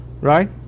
Right